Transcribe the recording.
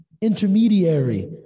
intermediary